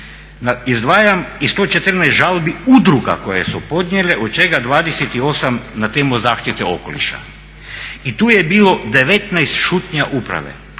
Izdvajam i 114 žalbi udruga koje su podnijele od čega 28 na temu zaštite okoliša i tu je bilo 19 šutnja uprave.